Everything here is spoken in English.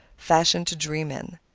fashioned to dream in.